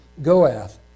Goath